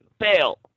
Fail